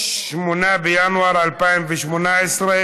למה לא אמרו לי שהוא לא יבוא?